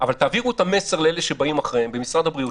אבל תעבירו את המסר לאלה שבאים אחריכם במשרד הבריאות,